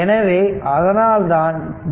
எனவே அதனால்தான் டி